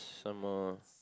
some uh